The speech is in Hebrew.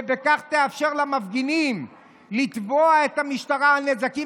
ובכך תאפשר למפגינים לתבוע את המשטרה על נזקים